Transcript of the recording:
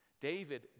David